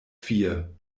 vier